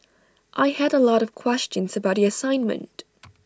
I had A lot of questions about the assignment